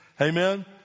amen